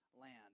land